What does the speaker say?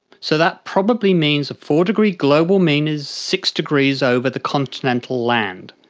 so that probably means a four-degree global mean is six degrees over the continental land.